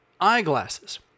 Eyeglasses